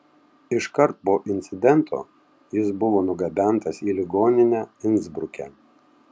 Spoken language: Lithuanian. iškart po incidento jis buvo nugabentas į ligoninę insbruke